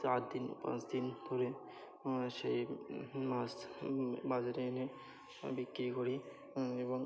চার দিন পাঁচ দিন ধরে আমরা সেই মাছ বাজারে এনে বিক্রি করি এবং